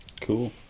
Cool